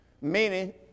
meaning